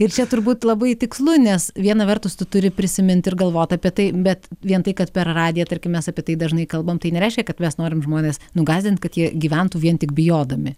ir čia turbūt labai tikslu nes viena vertus tu turi prisimint ir galvot apie tai bet vien tai kad per radiją tarkim mes apie tai dažnai kalbam tai nereiškia kad mes norim žmones nugąsdint kad jie gyventų vien tik bijodami